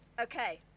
Okay